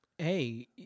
hey